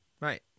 right